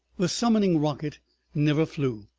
the summoning rocket never flew.